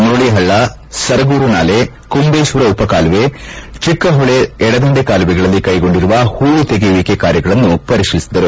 ಮುರಳ ಪಳ್ಳ ಸರಗೂರು ನಾಲೆ ಕುಂಬೇಶ್ವರ ಉಪ ಕಾಲುವೆ ಚಿಕ್ಕ ಹೊಳೆ ಎಡದಂಡೆ ಕಾಲುವೆಗಳಲ್ಲಿ ಕೈಗೊಂಡಿರುವ ಹೂಳು ತೆಗೆಯುವಿಕೆ ಕೆಲಸಗಳನ್ನು ಪರಿಶೀಲಿಸಿದರು